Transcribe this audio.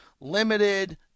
limited